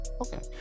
Okay